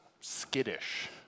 skittish